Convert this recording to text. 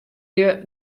lju